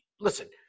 listen